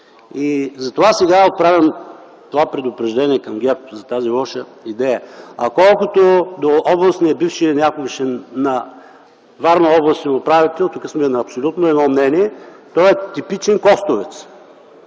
И затова сега отправям това предупреждение към ГЕРБ за тази лоша идея. А колкото до бившия, някогашен областен управител на Варна, тук сме на абсолютно едно мнение, той е типичен Костовец.